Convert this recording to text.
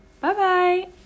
Bye-bye